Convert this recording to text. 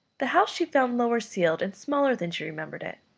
the house she found lower-ceiled and smaller than she remembered it.